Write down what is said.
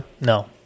No